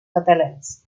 catalanes